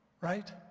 right